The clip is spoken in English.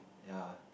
ya